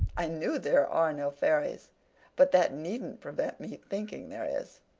i knew there are no fairies but that needn't prevent my thinking there is.